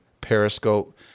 Periscope